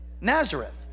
Nazareth